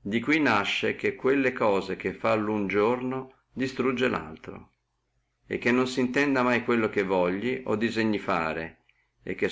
di qui nasce che quelle cose che fa uno giorno destrugge laltro e che non si intenda mai quello si voglia o disegni fare e che